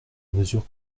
mesure